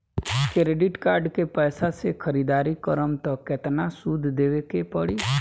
Credit card के पैसा से ख़रीदारी करम त केतना सूद देवे के पड़ी?